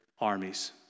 armies